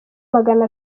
magana